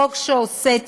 חוק שעושה צדק,